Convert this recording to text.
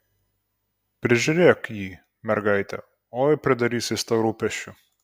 prižiūrėk jį mergaite oi pridarys jis tau rūpesčių